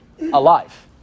alive